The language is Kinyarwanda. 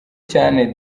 cyane